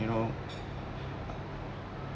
you know